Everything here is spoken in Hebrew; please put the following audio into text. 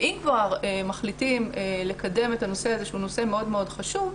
ואם כבר מחליטים לקדם את הנושא הזה שהוא נושא מאוד מאוד חשוב,